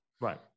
Right